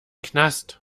knast